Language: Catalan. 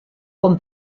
com